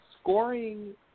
scoring